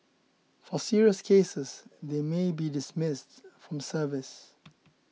for serious cases they may be dismissed from service